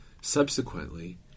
Subsequently